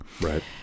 right